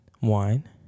wine